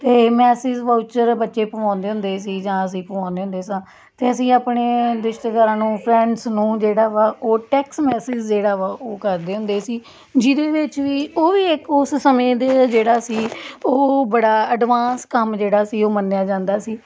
ਅਤੇ message voucher ਬੱਚੇ ਪਵਾਉਂਦੇ ਹੁੰਦੇ ਸੀ ਜਾਂ ਅਸੀਂ ਪਵਾਉਂਦੇ ਹੁੰਦੇ ਸਾਂ ਅਤੇ ਅਸੀਂ ਆਪਣੇ ਰਿਸ਼ਤੇਦਾਰਾਂ ਨੂੰ ਫਰੈਂਡਸ ਨੂੰ ਜਿਹੜਾ ਵਾ ਉਹ ਟੈਕਸ ਮੈਸੇਜ ਜਿਹੜਾ ਵਾ ਉਹ ਕਰਦੇ ਹੁੰਦੇ ਸੀ ਜਿਹਦੇ ਵਿੱਚ ਵੀ ਉਹ ਵੀ ਇੱਕ ਉਸ ਸਮੇਂ ਦੇ ਜਿਹੜਾ ਸੀ ਉਹ ਬੜਾ ਅਡਵਾਂਸ ਕੰਮ ਜਿਹੜਾ ਸੀ ਉਹ ਮੰਨਿਆ ਜਾਂਦਾ ਸੀ